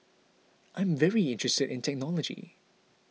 I'm very interested in technology